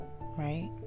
right